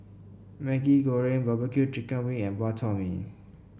Maggi Goreng barbecue chicken wing and Bak Chor Mee